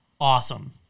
awesome